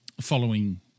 following